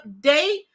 update